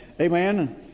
Amen